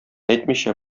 әйтмичә